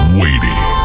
waiting